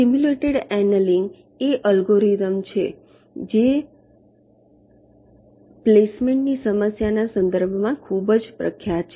simulated annealing એ algorithm છે જે પ્લેસમેન્ટ ની સમસ્યાના સંદર્ભમાં ખૂબ જ પ્રખ્યાત છે